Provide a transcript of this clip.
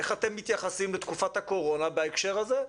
איך אתם מתייחסים בתקופת הקורונה בהקשר הזה.